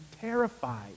terrified